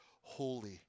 holy